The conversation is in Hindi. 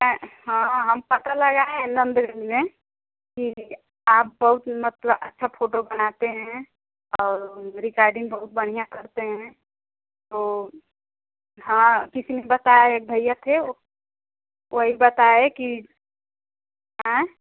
हाँ हम पता लगाए में कि आप बहुत मतलब अच्छी फोटो बनाते हैं और रेकार्डिंग बहुत बढ़िया करते हैं तो हाँ किसी ने बताया एक भैया थे वही बताए कि आएं